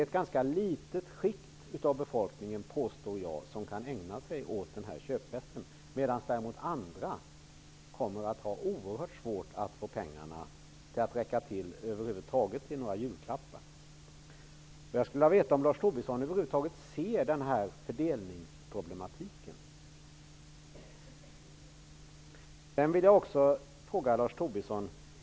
Ett ganska litet skikt av befolkningen, påstår jag, kan ägna sig åt denna köpfest, medan däremot andra människor kommer att ha oerhört svårt att få pengarna att räcka till några julklappar. Jag skulle vilja veta om Lars Tobisson över huvud taget ser denna fördelningsproblematik. Jag vill också ställa en annan fråga.